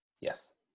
yes